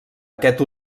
aquest